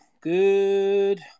Good